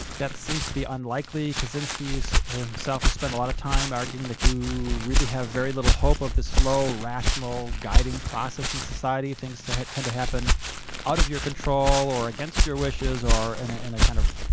that seems to be unlikely. kaczynski so himself has spent a lot of time arguing that you really have very little hope of the slow, rational guiding process in society. things tend to happen out of your control, or against your wishes, or and ah in a kind of,